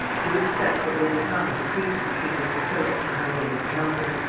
do expect what will become of the treaty between mr. philip and my lady penelope.